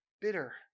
bitter